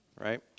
right